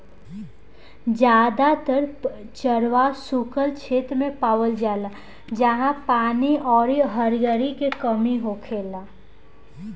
जादातर चरवाह सुखल क्षेत्र मे पावल जाले जाहा पानी अउरी हरिहरी के कमी होखेला